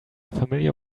familiar